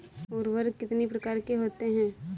उर्वरक कितनी प्रकार के होते हैं?